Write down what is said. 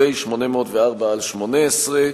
פ/804/18.